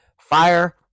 fire